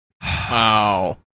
Wow